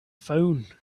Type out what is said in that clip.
phone